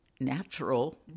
natural